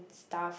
stuff